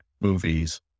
movies